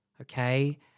okay